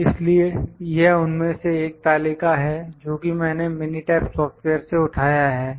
इसलिए यह उनमें से एक तालिका है जोकि मैंने मिनीटैब सॉफ्टवेयर से उठाया है